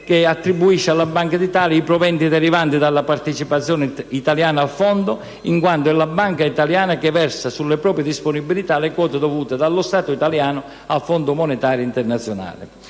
che attribuisce alla Banca d'Italia i proventi derivanti dalla partecipazione italiana al Fondo, in quanto è la Banca d'Italia che versa sulle proprie disponibilità le quote dovute dallo Stato italiano al Fondo monetario internazionale.